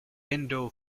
endo